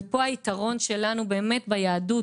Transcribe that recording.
ופה היתרון שלנו ביהדות,